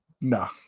no